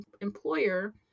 employer